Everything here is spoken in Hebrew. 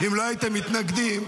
אם לא הייתם מתנגדים,